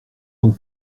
ton